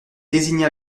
désigna